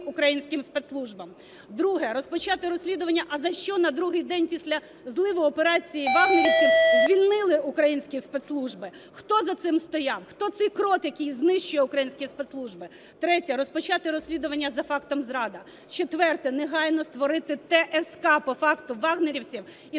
українським спецслужбам. Друге. Розпочати розслідування, а за що на другий день після зливу операції "вагнерівців" звільнили українські спецслужби. Хто за цим стояв? Хто цей крот, який знищує українські спецслужби. Третє. Розпочати розслідування за фактом зради. Четверте. Негайно створити ТСК по факту "вагнерівців" і